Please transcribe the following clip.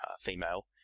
female